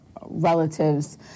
relatives